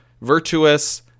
virtuous